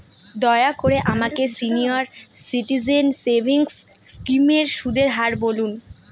দয়া করে আমাকে সিনিয়র সিটিজেন সেভিংস স্কিমের সুদের হার বলুন